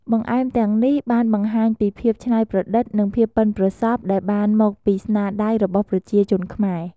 បង្អែមទាំងនេះ បានបង្ហាញពីភាពឆ្នៃប្រឌិតនិងភាពប៉ិនប្រសព្វដែលបានមកពីស្នាដៃរបស់ប្រជាជនខ្មែរ។